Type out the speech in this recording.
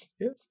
Yes